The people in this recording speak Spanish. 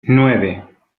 nueve